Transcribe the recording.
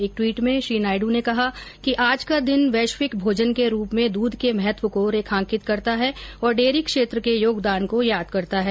एक ट्वीट में श्री नायडू ने कहा कि आज का दिन वैश्विक भोजन के रूप में दूध के महत्व को रेखांकित करता है और डेयरी क्षेत्र के योगदान को याद करता है